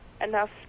enough